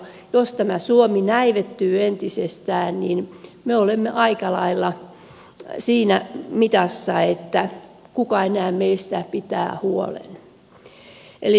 jos tämä suomi näivettyy entisestään niin me olemme aika lailla siinä mitassa että kuka enää meistä pitää huolen